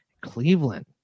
Cleveland